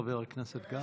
חבר הכנסת גפני.